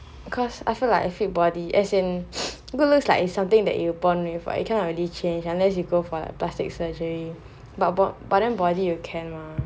because I feel like a fit body as in good looks like it's something that you were born with what you cannot really change unless you go for like plastic surgery but body but then body you can mah